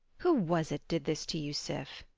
who was it did this to you, sif?